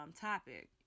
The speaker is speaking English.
topic